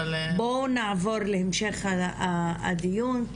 בואו נעבור להמשך הדיון.